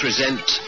Present